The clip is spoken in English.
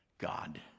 god